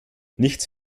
nichts